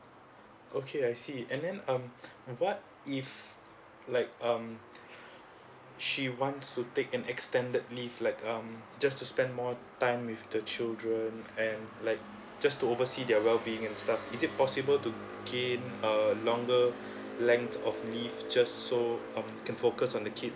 okay I see and then um what if like um she wants to take an extended leave like um just to spend more time with the children and like just to oversee their well being your stuff is it possible to gain uh longer length of leave just so um can focus on the kid